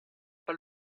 pas